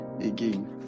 again